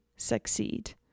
succeed